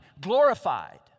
glorified